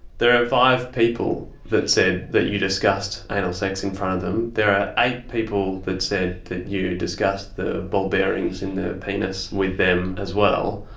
there are five people that said that you discussed anal sex in front of them. there are eight people that said that you discussed the ball bearings in the penis with them as well.